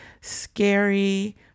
scary